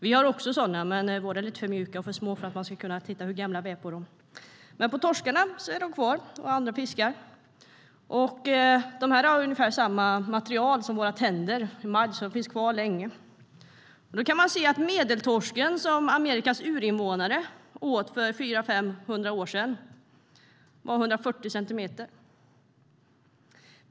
Vi har också sådana, men våra är lite för mjuka och för små för att man genom dem ska kunna se hur gamla vi är. På torskar och andra fiskar finns de kvar. De består av ungefär samma material som våra tänder, emalj, och finns kvar länge. Medeltorsken som Amerikas urinvånare åt för 400-500 år sedan var 140 centimeter.